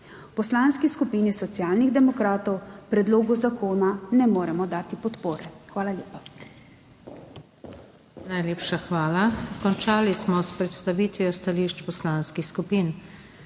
Poslanski skupini Socialnih demokratov predlogu zakona ne moremo dati podpore. Hvala lepa. PODPREDSEDNICA NATAŠA SUKIČ: Najlepša hvala. Končali smo s predstavitvijo stališč poslanskih skupin.